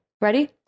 Ready